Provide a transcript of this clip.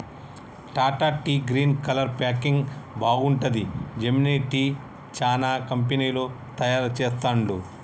Tata tea green colour packing బాగుంటది, Gemini tea, చానా కంపెనీలు తయారు చెస్తాండ్లు